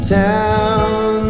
town